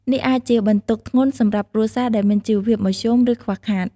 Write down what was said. នេះអាចជាបន្ទុកធ្ងន់សម្រាប់គ្រួសារដែលមានជីវភាពមធ្យម ឬខ្វះខាត។